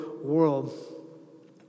world